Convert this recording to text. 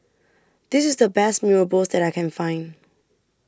This IS The Best Mee Rebus that I Can Find